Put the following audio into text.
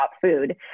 food